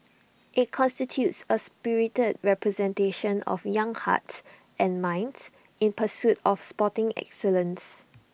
IT constitutes A spirited representation of young hearts and minds in pursuit of sporting excellence